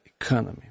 economy